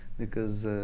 because